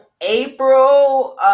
April